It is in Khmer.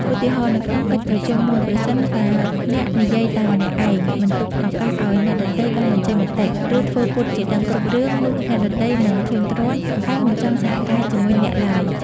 ឧទាហរណ៍ នៅក្នុងកិច្ចប្រជុំមួយ ប្រសិនបើអ្នកនិយាយតែម្នាក់ឯង មិនទុកឱកាសឲ្យអ្នកដទៃបានបញ្ចេញមតិ ឬធ្វើពុតជាដឹងគ្រប់រឿង នោះអ្នកដទៃនឹងធុញទ្រាន់ ហើយមិនចង់សហការជាមួយអ្នកឡើយ។